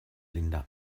linda